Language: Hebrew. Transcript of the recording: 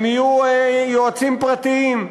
הם יהיו יועצים פרטיים.